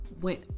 went